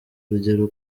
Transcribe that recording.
urugero